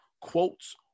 quotes